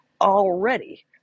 already